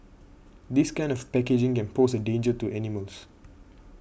this kind of packaging can pose a danger to animals